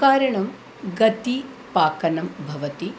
कारणं गत्या पाकनं भवति